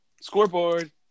Scoreboard